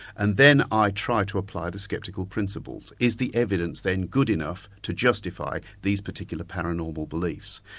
and then i try to apply the skeptical principles. is the evidence then good enough to justify these particular paranormal beliefs?